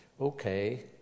Okay